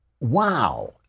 wow